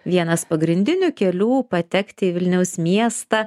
vienas pagrindinių kelių patekti į vilniaus miestą